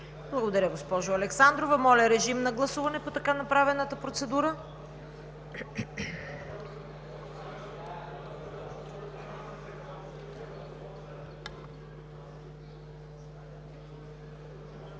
Благодаря, госпожо Александрова. Моля, режим на гласуване по така направената процедура.